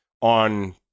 on